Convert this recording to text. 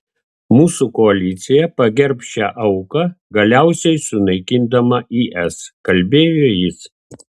mūsų koalicija pagerbs šią auką galiausiai sunaikindama is kalbėjo jis